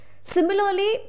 Similarly